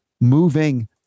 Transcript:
moving